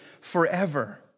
forever